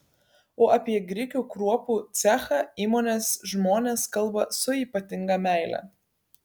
o apie grikių kruopų cechą įmonės žmonės kalba su ypatinga meile